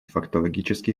фактологический